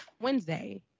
Wednesday